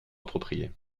approprié